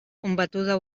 combatuda